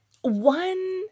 one